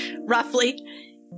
roughly